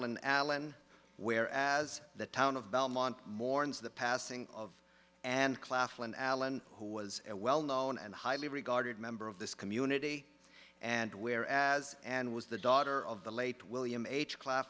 in allen where as the town of belmont mourns the passing of and claflin allen who was a well known and highly regarded member of this community and where as and was the daughter of the late william h cla